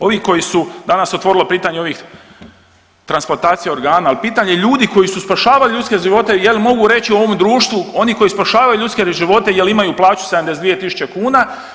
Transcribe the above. Ovi koji su danas otvorili pitanje ovih transplantacija organa, ali pitanje ljudi koji su spašavali ljudske živote je li mogu reći ovom društvu oni koji spašavaju ljudske živote jel' imaju plaću 72000 kuna.